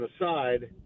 aside